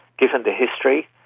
given the history,